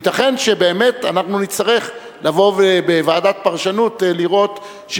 ייתכן שבאמת אנחנו נצטרך לבוא ובוועדת פרשנות לראות,